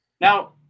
Now